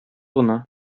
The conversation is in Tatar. гына